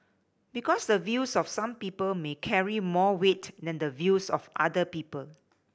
because the views of some people may carry more weight than the views of other people